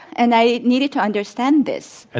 and i needed to understand this. and